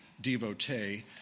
devotee